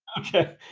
okay